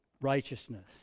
righteousness